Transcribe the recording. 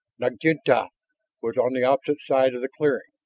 naginlta was on the opposite side of the clearing.